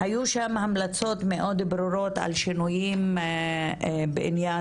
היו שם המלצות מאוד ברורות על שינויים בעניין